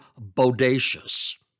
bodacious